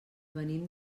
venim